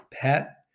PET